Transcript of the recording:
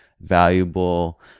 valuable